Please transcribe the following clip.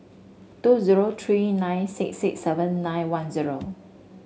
two zero three nine six six seven nine one zero